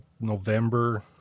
November